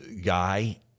guy